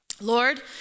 Lord